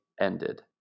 ended